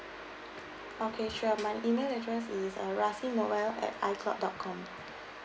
okay sure my email address is uh rasinoel at I cloud dot com